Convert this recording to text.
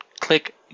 click